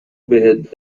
بهت